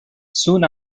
soon